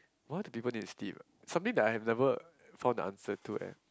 why do people need to sleep ah something that I have never found an answer to and